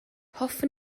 hoffwn